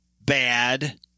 bad